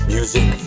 Music